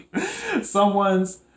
someone's